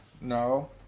No